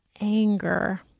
Anger